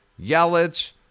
Yelich